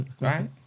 Right